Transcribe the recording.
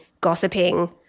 gossiping